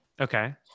Okay